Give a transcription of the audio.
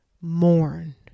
Mourn